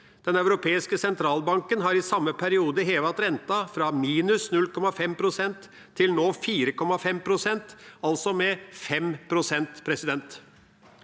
Den europeiske sentralbanken har i samme periode hevet renta fra minus 0,5 pst. til 4,5 pst., altså med 5 pst. Når renta